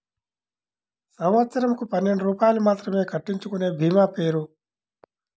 సంవత్సరంకు పన్నెండు రూపాయలు మాత్రమే కట్టించుకొనే భీమా పేరు?